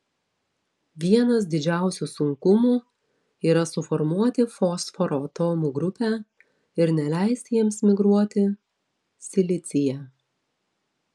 vienas didžiausių sunkumų yra suformuoti fosforo atomų grupę ir neleisti jiems migruoti silicyje